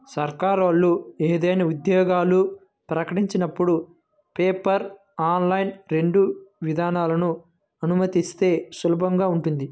సర్కారోళ్ళు ఏదైనా ఉద్యోగాలు ప్రకటించినపుడు పేపర్, ఆన్లైన్ రెండు విధానాలనూ అనుమతిస్తే సులభంగా ఉంటది